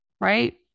right